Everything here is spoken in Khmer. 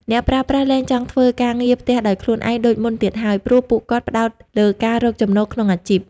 អ្នកប្រើប្រាស់លែងចង់ធ្វើការងារផ្ទះដោយខ្លួនឯងដូចមុនទៀតហើយ ព្រោះពួកគាត់ផ្ដោតលើការរកចំណូលក្នុងអាជីព។